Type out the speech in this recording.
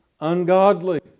ungodly